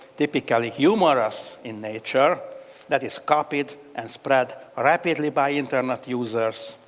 typically humorous in nature that is copied and spread rapidly by internet users,